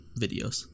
videos